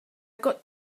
got